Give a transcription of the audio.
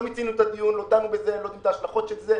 לא מיצינו את הדיון ולא ניתחנו את ההשלכות של זה,